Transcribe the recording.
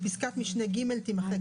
ופסקת משנה (ג) תימחק,